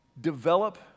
Develop